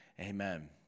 Amen